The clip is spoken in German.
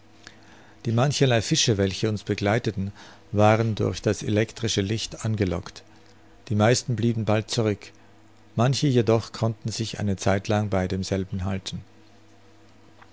die mancherlei fische welche uns begleiteten waren durch das elektrische licht angelockt die meisten blieben bald zurück manche jedoch konnten sich eine zeit lang bei demselben halten